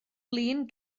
flin